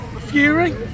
Fury